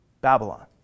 Babylon